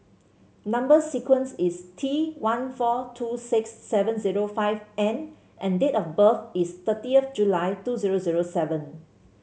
number sequence is T one four two six seven zero five N and date of birth is thirtieth July two zero zero seven